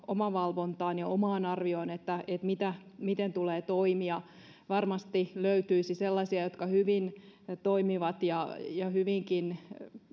omavalvontaan ja omaan arvioon että miten tulee toimia varmasti löytyisi sellaisia jotka hyvin toimivat ja ja hyvinkin